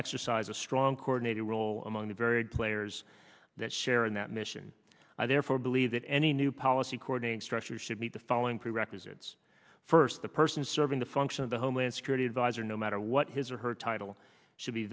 exercise a strong coronated role among the various players that share in that mission are there for believe that any new policy coordinate structure should meet the following prerequisites first the person serving the function of the homeland security advisor no matter what his or her title should be